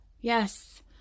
Yes